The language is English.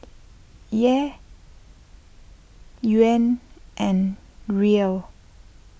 Kyat Yuan and Riel